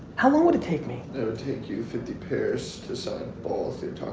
how long would it take me? it would take you fifty pairs to sign all